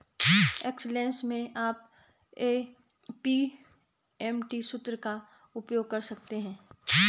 Excel में आप PMT सूत्र का उपयोग कर सकते हैं